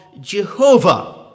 Jehovah